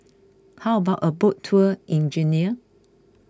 how about a boat tour in Guinea